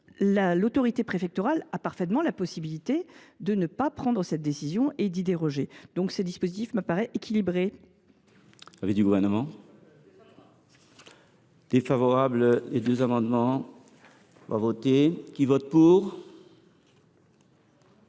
l’autorité préfectorale a parfaitement la possibilité de ne pas prendre cette décision et d’y déroger. Ce dispositif me paraît équilibré.